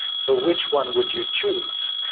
so which one would you choose?